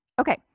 Okay